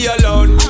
alone